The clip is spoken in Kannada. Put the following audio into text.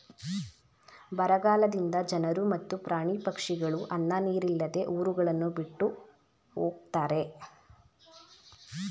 ಬರಗಾಲದಿಂದ ಜನರು ಮತ್ತು ಪ್ರಾಣಿ ಪಕ್ಷಿಗಳು ಅನ್ನ ನೀರಿಲ್ಲದೆ ಊರುಗಳನ್ನು ಬಿಟ್ಟು ಹೊಗತ್ತರೆ